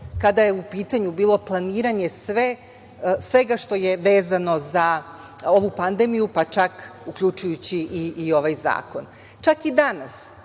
kada je u pitanju bilo planiranje svega što je vezano za ovu pandemiju, pa čak uključujući i ovaj zakon. Čak i danas